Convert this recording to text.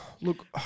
Look